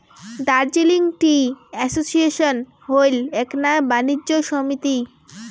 Darjeeling tea association হইল এ্যাকনা বাণিজ্য সমিতি